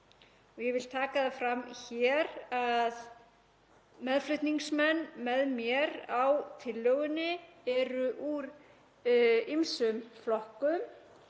Ég vil taka það fram hér að meðflutningsmenn með mér á tillögunni eru úr ýmsum flokkum